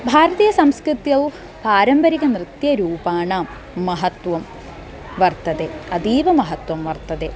भारतीयसंस्कृतौ पारम्परिकनृत्यरूपाणां महत्वं वर्तते अतीवमहत्त्वं वर्तते